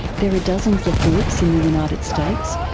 there are dozens of groups in the united states,